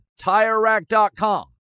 TireRack.com